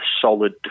solid